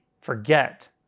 forget